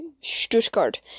Stuttgart